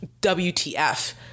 WTF